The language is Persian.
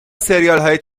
سریالهای